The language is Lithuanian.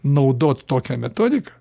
naudot tokią metodiką